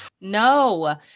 no